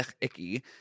icky